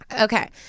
Okay